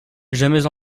jamais